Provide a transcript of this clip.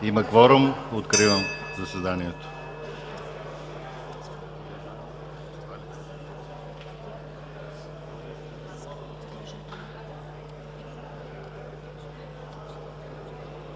Има кворум, откривам заседанието.